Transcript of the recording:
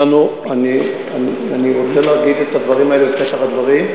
אני רוצה להגיד את הדברים האלה בפתח הדברים,